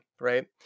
right